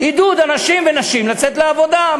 עידוד אנשים ונשים לצאת לעבודה.